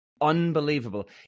unbelievable